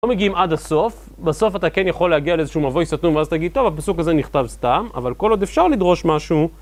לא מגיעים עד הסוף, בסוף אתה כן יכול להגיע לאיזשהו מבוי סתום ואז תגיד, טוב הפסוק הזה נכתב סתם, אבל כל עוד אפשר לדרוש משהו